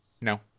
No